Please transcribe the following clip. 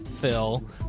phil